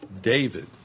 david